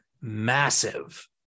massive